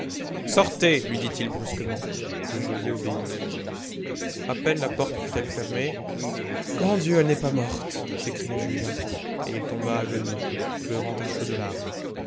sortez lui dit-il brusquement le geôlier obéit a peine la porte fut-elle fermée grand dieu elle n'est pas morte s'écria julien et il tomba à genoux pleurant à chaudes larmes